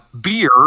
Beer